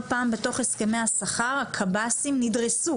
פעם בתוך הסכמי השכר הקב"סים נדרסו.